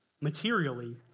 materially